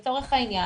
נניח,